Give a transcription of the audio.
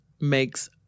makes